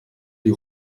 die